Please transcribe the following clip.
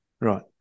Right